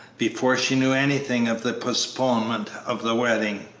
before she knew anything of the postponement of the wedding.